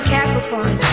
Capricorn